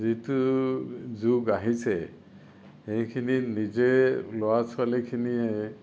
যিটো যুগ আহিছে সেইখিনি নিজেই ল'ৰা ছোৱালীখিনিয়ে